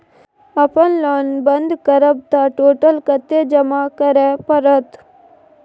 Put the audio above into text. अपन लोन बंद करब त टोटल कत्ते जमा करे परत?